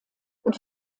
und